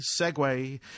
segue